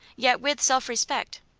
yet with self-respect.